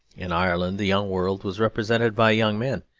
in ireland the young world was represented by young men,